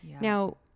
now